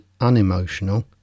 unemotional